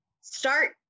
start